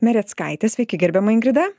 mereckaitė sveiki gerbiama ingrida